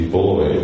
boy